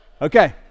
Okay